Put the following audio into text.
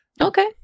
Okay